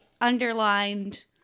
underlined